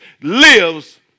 lives